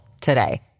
today